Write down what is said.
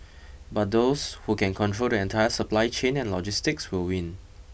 but those who can control the entire supply chain and logistics will win